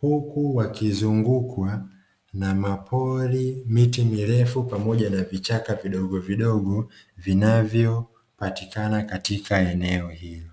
Huku wakizungukwa na mapori, miti mirefu pamoja na vichaka vidogovidogo, vinavyopatikana katika eneo hili.